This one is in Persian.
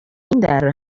دره